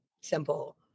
simple